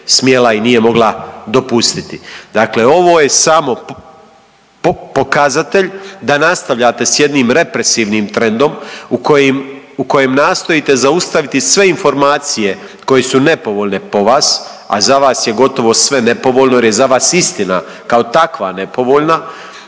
smjena i nije mogla dopustiti. Dakle ovo je samo pokazatelj da nastavljate s jednim represivnim trendom u kojem nastojite zaustaviti sve informacije koje su nepovoljne po vas, a za vas je gotovo sve nepovoljno jer je za vas istina kao takva nepovoljna